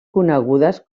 conegudes